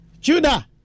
Judah